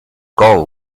goal